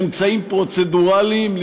באמצעים פרוצדורליים,